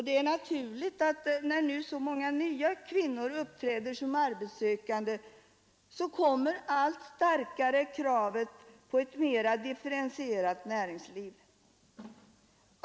Det är naturligt att när nu så många nya kvinnor uppträder som arbetssökande, kommer allt starkare kravet på ett mera differentierat näringsliv.